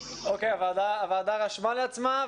הוועדה רשמה לעצמה.